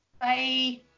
Bye